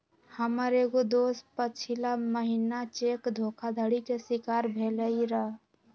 हमर एगो दोस पछिला महिन्ना चेक धोखाधड़ी के शिकार भेलइ र